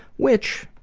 which,